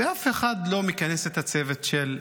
ואף אחד לא מכנס את הצוות של המשטרה.